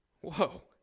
Whoa